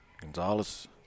Gonzalez